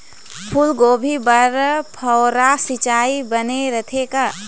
फूलगोभी बर फव्वारा सिचाई बने रथे का?